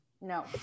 No